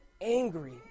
angry